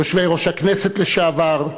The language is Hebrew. יושבי-ראש הכנסת לשעבר,